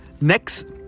next